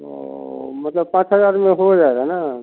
तो मतलब पाँच हज़ार में हो जाएगा ना